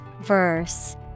Verse